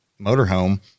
motorhome